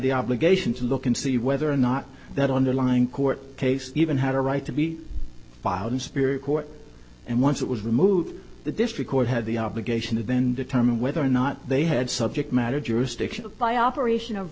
the obligation to look and see whether or not that underlying court case even had a right to be filed in spirit court and once it was removed the district court had the obligation to then determine whether or not they had subject matter jurisdiction by operation of